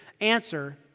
answer